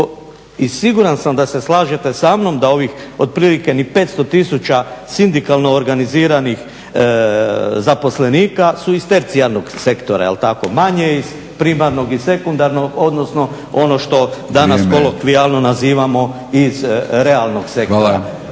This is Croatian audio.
I siguran sam da se slažete samnom da ovih otprilike ni 500 tisuća sindikalno organiziranih zaposlenika su iz tercijarnog sektora, jel tako, manje iz primarnog i sekundarnog, odnosno ono što danas kolokvijalno nazivamo iz realnog sektora.